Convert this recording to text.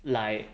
like